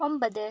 ഒമ്പത്